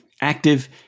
active